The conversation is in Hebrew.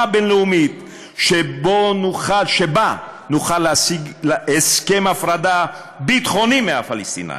בין-לאומית שבה נוכל להשיג הסכם הפרדה ביטחוני מהפלסטינים,